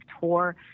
tour